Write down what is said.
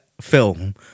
film